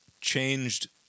changed